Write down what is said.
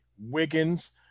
Wiggins